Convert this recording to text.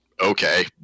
okay